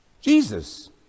Jesus